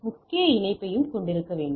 முக்கிய இணைப்பையும் கொண்டிருக்கிறோம்